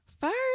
first